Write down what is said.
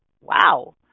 wow